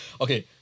Okay